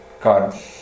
God